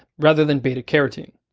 rather than beta carotene.